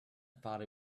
thought